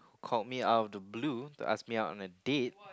called me out of the blue to ask me out on a date